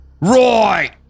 Roy